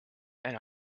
and